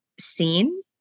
seen